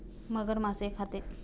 मगर मासे खाते